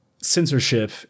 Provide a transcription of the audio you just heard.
censorship